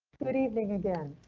good evening again.